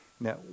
Now